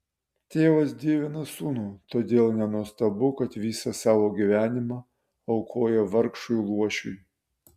tėvas dievina sūnų todėl nenuostabu kad visą savo gyvenimą aukoja vargšui luošiui